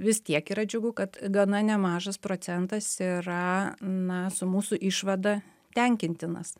vis tiek yra džiugu kad gana nemažas procentas yra na su mūsų išvada tenkintinas